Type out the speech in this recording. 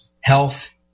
health